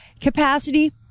capacity